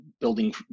building